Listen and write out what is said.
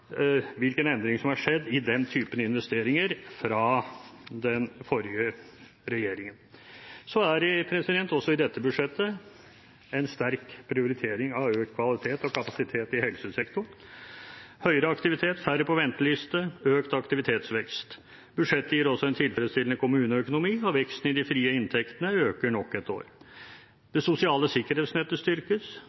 hvilken endring som har skjedd i den typen investeringer fra den forrige regjeringen. Så er det også i dette budsjettet en sterk prioritering av økt kvalitet og kapasitet i helsesektoren: høyere aktivitet, færre på venteliste, økt aktivitetsvekst. Budsjettet gir også en tilfredsstillende kommuneøkonomi, og veksten i de frie inntektene øker nok et år. Det sosiale sikkerhetsnettet styrkes,